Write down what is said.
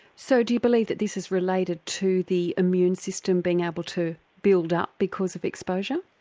so do you believe that this is related to the immune system being able to build up because of exposure?